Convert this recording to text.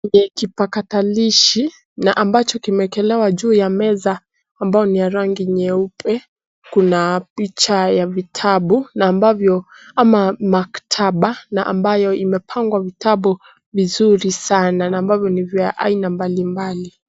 Ni kipakatalishi na ambacho kimeekelewa juu ya meza ambayo ni ya rangi nyeupe. Kuna picha ya vitabu na ambavyo, ama maktaba na ambayo imepangwa vitabu vizuri sana na ambavyo ni vya aina mbali mbali.